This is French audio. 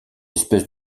espèce